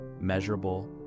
measurable